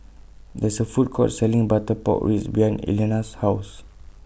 There IS A Food Court Selling Butter Pork Ribs behind Elianna's House